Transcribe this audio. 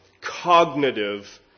cognitive